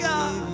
God